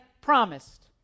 promised